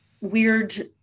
weird